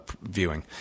viewing